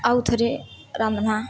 ଆଉଥରେ ରାନ୍ଧ୍ମା